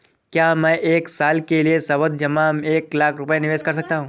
क्या मैं एक साल के लिए सावधि जमा में एक लाख रुपये निवेश कर सकता हूँ?